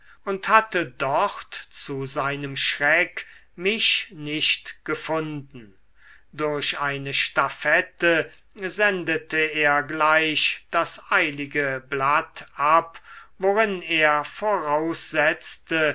und hatte dort zu seinem schreck mich nicht gefunden durch eine stafette sendete er gleich das eilige blatt ab worin er voraussetzte